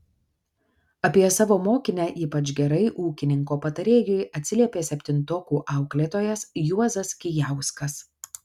apie savo mokinę ypač gerai ūkininko patarėjui atsiliepė septintokų auklėtojas juozas kijauskas